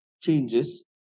changes